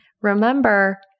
Remember